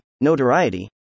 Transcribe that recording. notoriety